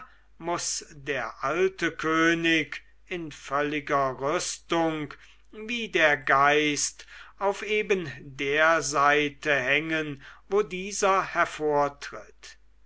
muß der alte könig in völliger rüstung wie der geist auf eben der seite hängen wo dieser hervortritt